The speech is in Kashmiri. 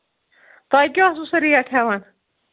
تۄہہِ کیٛاہ اوسُو سُہ ریٹ ہٮ۪وان